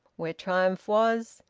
where triumph was,